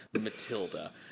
matilda